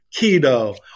keto